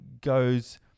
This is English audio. goes